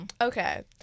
Okay